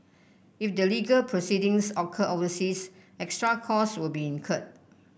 if the legal proceedings occur overseas extra cost will be incurred